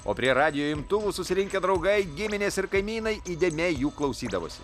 o prie radijo imtuvų susirinkę draugai giminės ir kaimynai įdėmiai jų klausydavosi